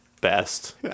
best